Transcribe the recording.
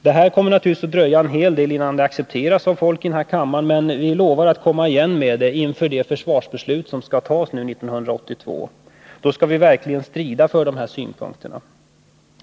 Det kommer naturligtvis att dröja länge innan detta accepteras av folk i den här kammaren, men vi lovar att komma igen inför det försvarsbeslut som skall fattas 1982. Då skall vi verkligen strida för de här synpunkterna.